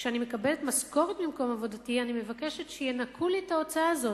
כשאני מקבלת משכורת ממקום עבודתי אני מבקשת שינכו לי את ההוצאה הזאת.